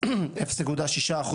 0.9%